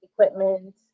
equipment